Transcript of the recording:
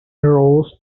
rows